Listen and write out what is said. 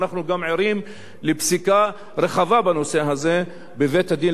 ואנחנו גם ערים לפסיקה רחבה בנושא הזה בבית-הדין